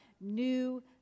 new